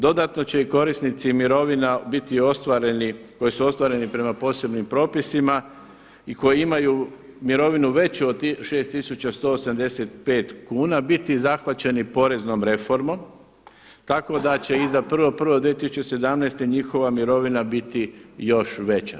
Dodatno će i korisnici mirovina biti ostvareni, koji su ostvareni prema posebnim propisima i koji imaju mirovinu veću od 6185 kuna biti zahvaćeni poreznom reformom tako da će iza 1.1.2017. njihova mirovina biti još veća.